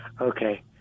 okay